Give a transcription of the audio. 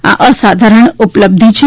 આ અસાધારણ ઉપલબ્ધિ છે